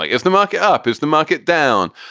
like is the market up? is the market down?